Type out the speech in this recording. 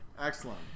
excellent